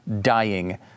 dying